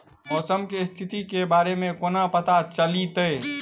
मौसम केँ स्थिति केँ बारे मे कोना पत्ता चलितै?